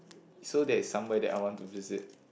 so that's somewhere that I want to visit